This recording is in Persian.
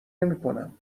نمیکنم